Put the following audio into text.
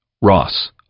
Ross